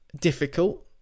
difficult